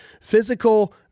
physical